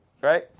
right